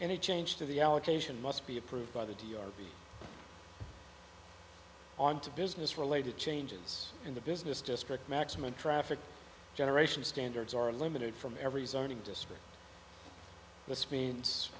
and a change to the allocation must be approved by the d r be on to business related changes in the business district maximum traffic generation standards are limited from every zoning district this means